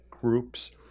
groups